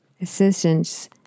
assistance